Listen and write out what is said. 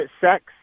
sex